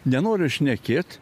nenoriu šnekėt